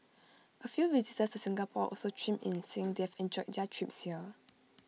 A few visitors to Singapore also chimed in saying they've enjoyed their trips here